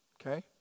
Okay